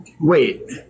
Wait